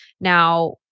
Now